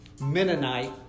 Mennonite